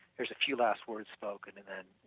there is a few last words spoken and then,